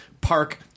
park